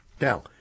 Now